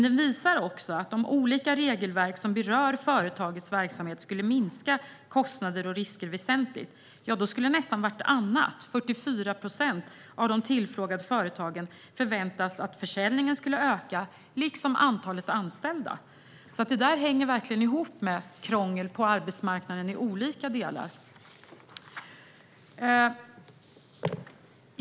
Den visar också att om olika regelverk som berör företagens verksamhet skulle förändras så att kostnader och risker minskar väsentligt skulle nästan vartannat, 44 procent, av de tillfrågade företagen få bättre förutsättningar för en ökad försäljning eller ett ökat antal anställda. Det här hänger verkligen ihop med regelkrångel på arbetsmarknaden i olika delar.